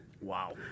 Wow